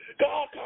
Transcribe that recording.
God